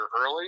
early